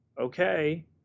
Okay